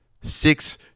six